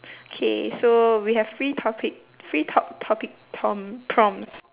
okay so we have free topic free talk topic tom~ prompts